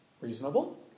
Reasonable